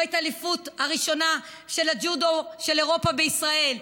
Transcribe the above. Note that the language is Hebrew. לא את האליפות הראשונה של הג'ודו של אירופה בישראל.